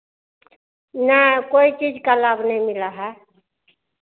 नहीं कोई चीज़ का लाभ नहीं मिला है